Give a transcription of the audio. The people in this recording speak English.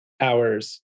hours